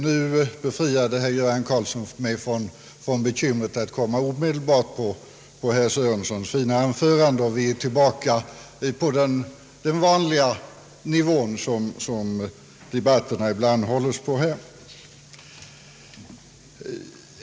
Nu befriade herr Göran Karlsson mig från detta att komma omedelbart efter herr Sörensons fina anförande, och vi är nu tillbaka på den nivå på vilken debatterna här vanligen hålles.